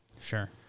Sure